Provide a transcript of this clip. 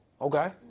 Okay